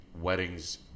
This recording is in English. weddings